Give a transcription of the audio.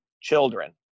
children